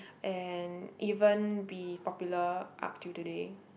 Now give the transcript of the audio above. and even be popular up till today